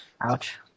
Ouch